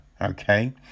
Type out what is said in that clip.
Okay